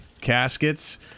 Caskets